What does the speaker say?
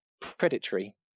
predatory